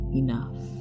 enough